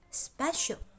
special